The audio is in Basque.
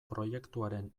proiektuaren